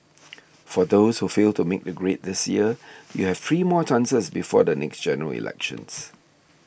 for those who failed to make the grade this year you have three more chances before the next General Elections